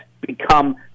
become